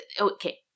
Okay